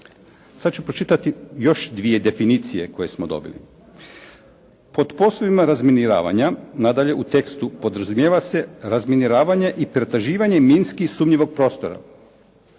sad ću pročitati još dvije definicije koje smo dobili: "Pod poslovima razminiravanja nadalje u tekstu podrazumijeva se razminiravanje i pretraživanje minski sumnjivog prostora."